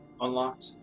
unlocked